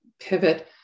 pivot